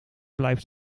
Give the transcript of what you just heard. blijft